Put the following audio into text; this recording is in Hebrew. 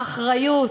האחריות,